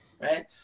right